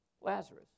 Lazarus